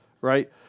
right